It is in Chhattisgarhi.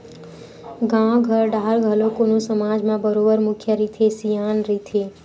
गाँव घर डाहर घलो कोनो समाज म बरोबर मुखिया रहिथे, सियान रहिथे